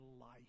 life